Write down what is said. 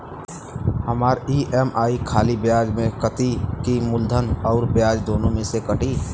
हमार ई.एम.आई खाली ब्याज में कती की मूलधन अउर ब्याज दोनों में से कटी?